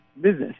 business